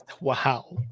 Wow